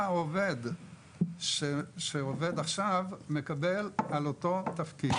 העובד שעובד עכשיו מקבל על אותו התפקיד